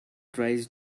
tries